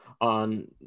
On